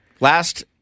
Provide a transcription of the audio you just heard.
Last